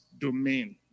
domain